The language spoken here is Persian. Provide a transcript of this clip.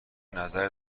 نظر